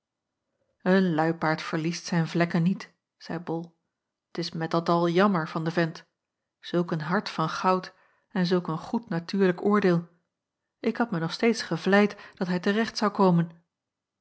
een luipaard verliest zijn vlekken niet zeî bol t is met dat al jammer van den vent zulk een hart van goud en zulk een goed natuurlijk oordeel ik had mij nog steeds gevleid dat hij te recht zou komen